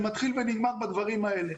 זה מתחיל ונגמר בדברים האלה.